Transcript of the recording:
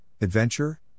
adventure